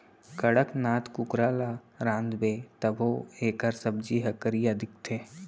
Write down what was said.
कड़कनाथ कुकरा ल रांधबे तभो एकर सब्जी ह करिया दिखथे